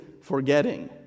forgetting